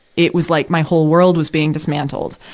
it was like my whole world was being dismantled.